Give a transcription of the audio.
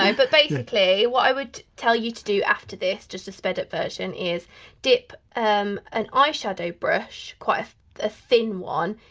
but basically what i would tell you to do after this, just a sped-up version, is dip um an eyeshadow brush, quite a thin one,